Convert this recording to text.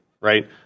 Right